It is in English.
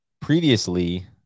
previously